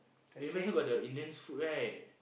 eh here also got the Indian food right